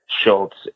Schultz